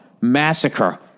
Massacre